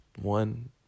one